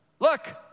look